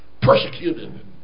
persecuted